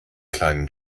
kleinen